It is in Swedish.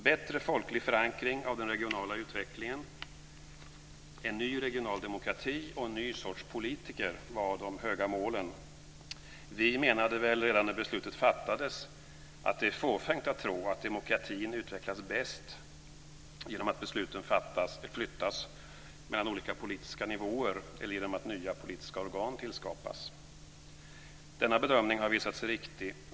Bättre folklig förankring av den regionala utvecklingen, en ny regional demokrati och en ny sorts politiker var de höga målen. Vi menade redan när beslutet fattades att det var fåfängt att tro att demokratin utvecklas bäst genom att besluten flyttas mellan olika politiska nivåer eller genom att nya politiska organ tillskapas. Denna bedömning har visat sig riktig.